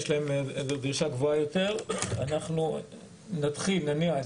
יש להם דרישה גבוהה יותר, אנחנו נתחיל ונניע.